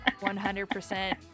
100%